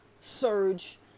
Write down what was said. surge